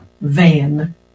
Van